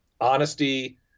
honesty